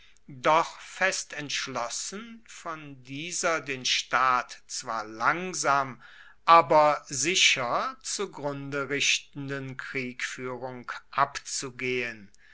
doch fest entschlossen von dieser den staat zwar langsam aber sicher zugrunde richtenden kriegfuehrung abzugehen